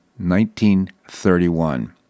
1931